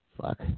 Fuck